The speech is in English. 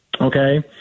okay